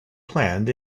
planned